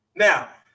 Now